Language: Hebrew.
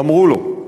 "אמרו לו":